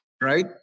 Right